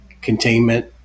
containment